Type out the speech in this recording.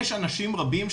יש אנשים רבים,